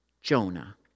Jonah